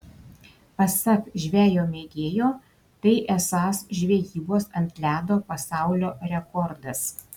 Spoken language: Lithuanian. pasak žvejo mėgėjo tai esąs žvejybos ant ledo pasaulio rekordas